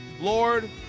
lord